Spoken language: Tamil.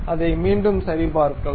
அதை மீண்டும் சரிபார்க்கலாம்